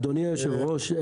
אדוני יושב הראש.